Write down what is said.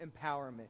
empowerment